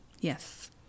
Yes